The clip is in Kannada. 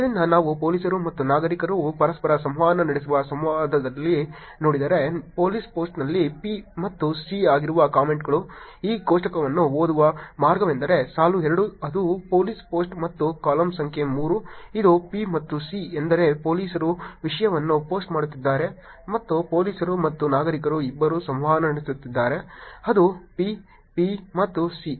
ಆದ್ದರಿಂದ ನಾವು ಪೊಲೀಸರು ಮತ್ತು ನಾಗರಿಕರು ಪರಸ್ಪರ ಸಂವಹನ ನಡೆಸುವ ಸಂವಾದಗಳನ್ನು ನೋಡಿದರೆ ಪೊಲೀಸ್ ಪೋಸ್ಟ್ನಲ್ಲಿ P ಮತ್ತು C ಆಗಿರುವ ಕಾಮೆಂಟ್ಗಳು ಈ ಕೋಷ್ಟಕವನ್ನು ಓದುವ ಮಾರ್ಗವೆಂದರೆ ಸಾಲು ಎರಡು ಅದು ಪೊಲೀಸ್ ಪೋಸ್ಟ್ ಮತ್ತು ಕಾಲಮ್ ಸಂಖ್ಯೆ 3 ಇದು P ಮತ್ತು C ಎಂದರೆ ಪೊಲೀಸರು ವಿಷಯವನ್ನು ಪೋಸ್ಟ್ ಮಾಡುತ್ತಿದ್ದಾರೆ ಮತ್ತು ಪೊಲೀಸರು ಮತ್ತು ನಾಗರಿಕರು ಇಬ್ಬರೂ ಸಂವಹನ ನಡೆಸುತ್ತಿದ್ದಾರೆ ಅದು P P ಮತ್ತು C